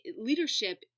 leadership